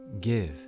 give